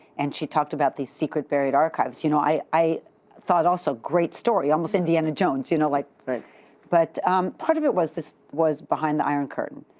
and she talked about the secret buried archives, you know i i thought also, great story. almost indiana jones. you know like but part of it was this was behind the iron curtain.